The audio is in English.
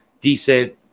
decent